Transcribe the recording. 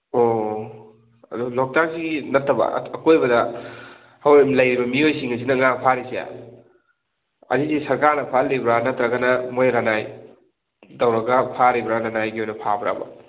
ꯑꯣ ꯑꯗꯣ ꯂꯣꯛꯇꯥꯛꯁꯤꯒꯤ ꯅꯠꯇꯕ ꯑꯀꯣꯏꯕꯗ ꯂꯩꯔꯤꯕ ꯃꯤꯑꯣꯏꯁꯤꯡ ꯑꯁꯤꯅ ꯉꯥ ꯐꯥꯔꯤꯁꯦ ꯑꯁꯤꯁꯦ ꯁꯔꯀꯥꯔꯅ ꯐꯥꯍꯜꯂꯤꯕ꯭ꯔꯥ ꯅꯠꯇꯔꯒꯅ ꯃꯣꯏ ꯂꯅꯥꯏ ꯇꯧꯔꯒ ꯐꯥꯔꯤꯕ꯭ꯔꯥ ꯂꯅꯥꯏꯒꯤ ꯑꯣꯏꯅ ꯐꯥꯕ꯭ꯔꯕ